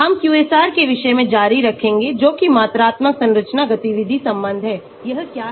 हम QSAR के विषय मैं जारी रखेंगेजोकि मात्रात्मक संरचना गतिविधि संबंध है यह क्या है